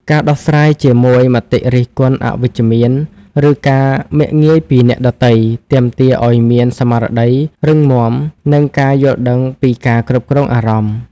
ការដោះស្រាយជាមួយមតិរិះគន់អវិជ្ជមាន ឬការមាក់ងាយពីអ្នកដទៃ ទាមទារឱ្យមានស្មារតីរឹងមាំ និងការយល់ដឹងពីការគ្រប់គ្រងអារម្មណ៍។